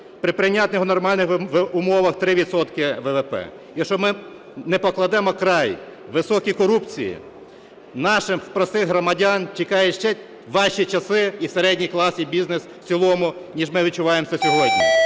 При прийнятних нормальних умовах – 3 відсотки ВВП. Якщо ми не покладемо край високій корупції, наших простих громадян чекають ще важчі часи і середній клас і бізнес в цілому, ніж ми відчуваємо це сьогодні.